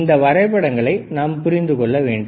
இந்த வரைபடங்களை புரிந்து கொள்ள வேண்டும்